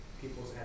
peoples